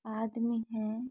आदमी हैं